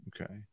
Okay